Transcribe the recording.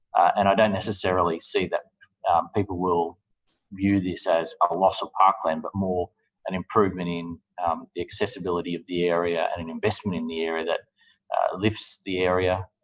and don't necessarily see that people will view this as a loss of parkland but more an improvement in the accessibility of the area and an investment in the area that lifts the area,